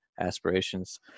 aspirations